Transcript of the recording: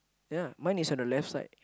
ya mine is on the left side